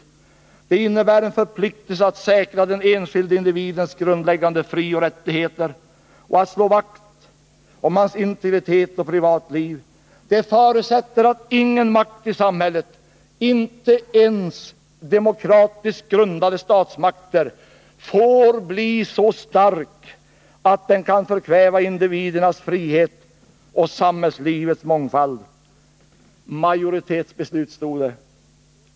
Det innebär en förpliktelse att säkra den enskilde individens grundläggande frioch rättigheter och att slå vakt om hennes integritet och privatliv. ——-- Den förutsätter att ingen makt i samhället, inte ens demokratiskt grundade statsmakter, får bli så stark att den kan förkväva individernas frihet och samhällslivets mångfald.” Majoritetsbeslut, stod det.